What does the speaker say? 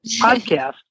podcast